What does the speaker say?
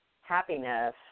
happiness